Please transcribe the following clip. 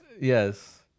Yes